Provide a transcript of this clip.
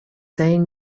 saying